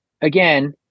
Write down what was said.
again